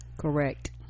correct